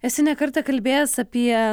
esi ne kartą kalbėjęs apie